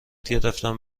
گرفتم